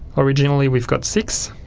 originally we've got six